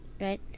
right